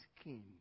skin